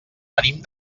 venim